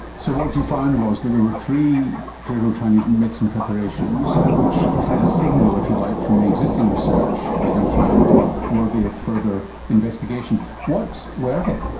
so what you found was that there were three traditional chinese medicine preparations which had a signal, if you like, from the existing research that you found worthy of further investigation. what were they?